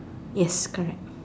yes correct